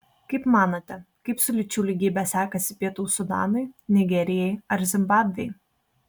kaip manote kaip su lyčių lygybe sekasi pietų sudanui nigerijai ar zimbabvei